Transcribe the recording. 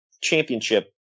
championship